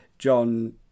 John